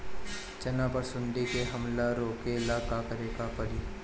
चना पर सुंडी के हमला रोके ला का करे के परी?